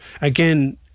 again